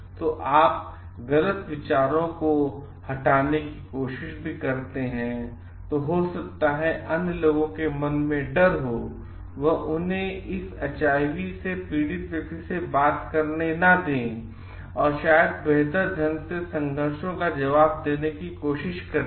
और अगर आप गलत विचारों को हटाने की कोशिश भी करते हैं तो हो सकता है कि अन्य लोगों के मन में डर हो और उन्हें इस एचआईवी से पीड़ित व्यक्ति के साथ बातचीत करने दें शायद यह बेहतर ढंग से संघर्ष का जवाब देने की कोशिश करेगा